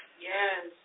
Yes